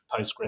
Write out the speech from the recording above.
Postgres